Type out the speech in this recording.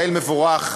יעל מבורך,